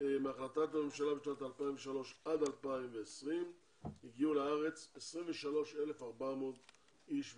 מהחלטת הממשלה בשנת 2003 עד 2020 הגיעו לארץ 23,400 איש ואישה.